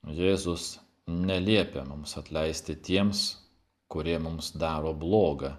o jėzus neliepia mums atleisti tiems kurie mums daro bloga